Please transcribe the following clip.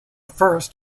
first